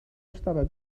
estava